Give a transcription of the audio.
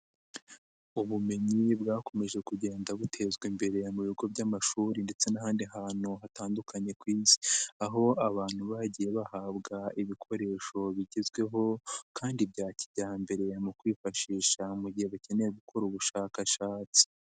Ubumenyi bwakomeje kugenda butezwa imbere mu bigo by'amashuri ndetse n'ahandi hantu hatandukanye ku isi aho abantu bagiye bahabwa ibikoresho bigezweho kandi bya kijyambere mu kwifashisha mu gihe bakeneye gukora ubushakashatsi.